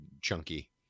chunky